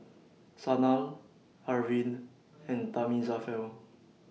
Sanal Arvind and Thamizhavel